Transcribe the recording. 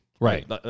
right